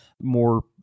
more